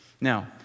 Now